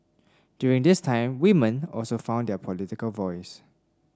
during this time women also found their political voice